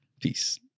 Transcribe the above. peace